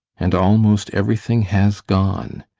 and almost everything has gone,